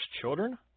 children